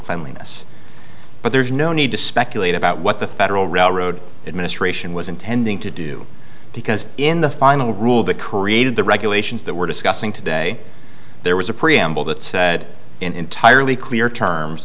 cleanliness but there's no need to speculate about what the federal railroad administration was intending to do because in the final rule the created the regulations that we're discussing today there was a preamble that said in entirely clear terms